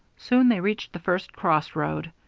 soon they reached the first crossroad.